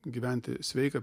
gyventi sveiką